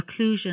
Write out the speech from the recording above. occlusion